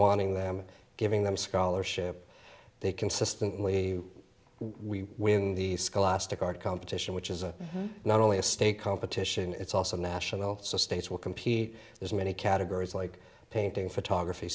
wanting them giving them scholarship they consistently we win the scholastic art competition which is not only a state competition it's also national so states will compete there's many categories like painting photography